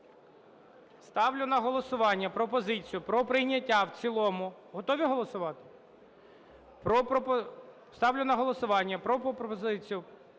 Ставлю на голосування пропозицію про прийняття в цілому… Готові голосувати? Ставлю на голосування пропозицію